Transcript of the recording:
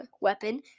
weapon